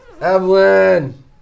Evelyn